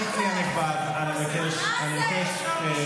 (אומר בערבית: תסתום את הפה שלך.